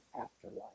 afterlife